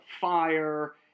fire